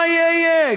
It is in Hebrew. מה שיהיה יהיה.